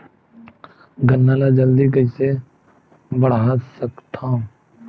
गन्ना ल जल्दी कइसे बढ़ा सकत हव?